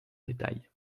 détail